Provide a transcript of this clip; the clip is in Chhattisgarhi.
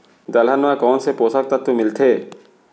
दलहन म कोन से पोसक तत्व मिलथे?